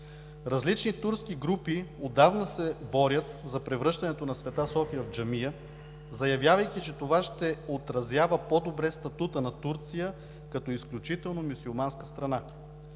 Различни турски групи отдавна се борят за превръщането на „Света София“ в джамия, заявявайки, че това ще отразява по-добре статута на Турция като изключително мюсюлманска страна.